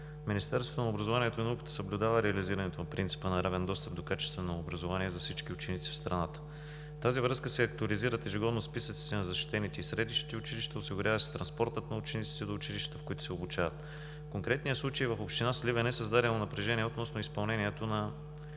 Министерството на образованието и науката съблюдава реализирането на принципа на равен достъп до качествено образование за всички ученици в страната. В тази връзка се актуализират ежегодно списъците на защитените и средищните училища, осигурява се транспортът на учениците до училищата, в които се обучават. В конкретния случай в община Сливен е създадено напрежение относно изпълнението на